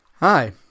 Hi